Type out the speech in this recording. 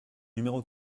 numéro